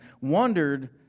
wondered